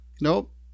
Nope